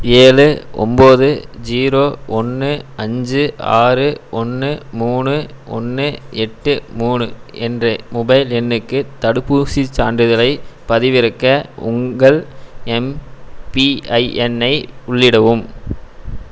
ஏழு ஒம்போது ஜீரோ ஒன்று அஞ்சு ஆறு ஒன்று மூணு ஒன்று எட்டு மூணு என்ற மொபைல் எண்ணுக்கு தடுப்பூசிச் சான்றிதழைப் பதிவிறக்க உங்கள் எம்பிஐஎன் ஐ உள்ளிடவும்